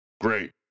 Great